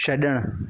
छड॒णु